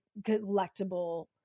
collectible